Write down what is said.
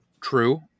True